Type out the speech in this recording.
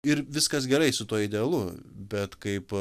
ir viskas gerai su tuo idealu bet kaip